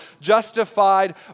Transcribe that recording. justified